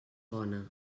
bona